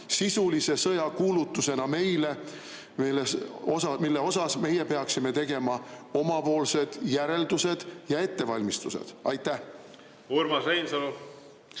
sisulise sõjakuulutusena meile, mille suhtes meie peaksime tegema omapoolsed järeldused ja ettevalmistused? Urmas